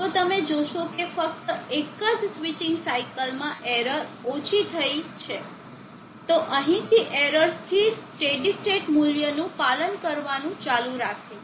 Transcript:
તો તમે જોશો કે ફક્ત એક જ સ્વિચિંગ સાઇકલમાં એરર ઓછી થઈ છે તો અહીંથી એરર સ્થિર સ્ટેડી સ્ટેટ મુલ્ય નું પાલન કરવાનું ચાલુ રાખે છે